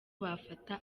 bafata